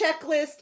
checklist